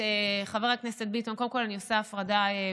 אחת שיודעת.